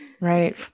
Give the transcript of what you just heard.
Right